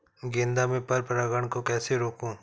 गेंदा में पर परागन को कैसे रोकुं?